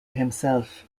himself